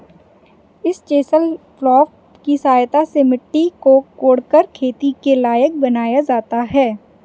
इस chisel plough की सहायता से मिट्टी को कोड़कर खेती के लायक बनाया जाता है